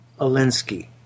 Alinsky